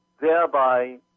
thereby